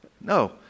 No